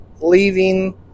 leaving